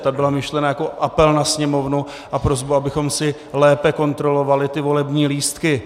Ta byla myšlena jako apel na Sněmovnu a prosba, abychom si lépe kontrolovali volební lístky.